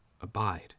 Abide